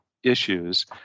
issues